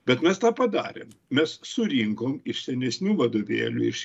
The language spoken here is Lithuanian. bet mes tą padarėm mes surinkom iš senesnių vadovėlių iš